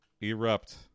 erupt